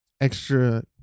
extra